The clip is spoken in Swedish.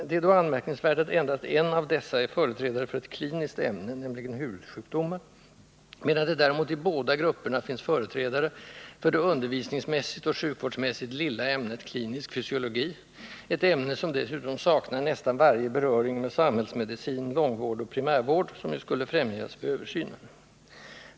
Det är då anmärkningsvärt att endast en av dessa är företrädare för ett kliniskt ämne, nämligen hudsjukdomar, medan det däremot i båda grupperna finns företrädare för det undervisningsmässigt och sjukvårdsmässigt lilla ämnet klinisk fysiologi — ett ämne som dessutom saknar nästan varje beröring med samhällsmedicin, långvård och primärvård, som ju skulle främjas vid översynen.